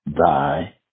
thy